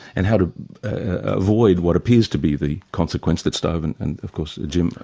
and how to avoid what appears to be the consequence that stove and and of course jim,